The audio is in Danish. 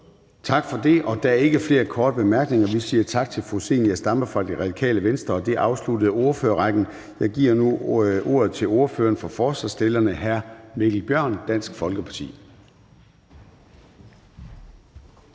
Tak for det. Der er ikke flere korte bemærkninger, og vi siger tak til fru Zenia Stampe fra Radikale Venstre. Det afsluttede ordførerrækken, og jeg giver nu ordet til ordføreren for forslagsstillerne, hr. Mikkel Bjørn, Dansk Folkeparti.